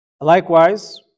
Likewise